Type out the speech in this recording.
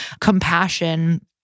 compassion